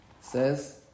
says